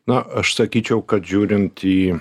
na aš sakyčiau kad žiūrint į